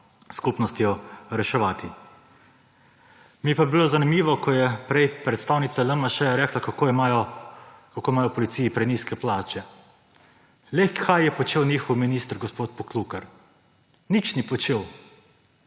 skupnostjo reševati. Mi je pa bilo zanimivo, ko je prej predstavnica LMŠ rekla, kako imajo v policiji prenizke plače. Le kaj je počel njihov minister gospod Poklukar? Nič ni počel.